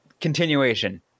continuation